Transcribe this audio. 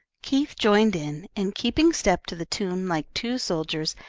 keith joined in, and keeping step to the tune, like two soldiers,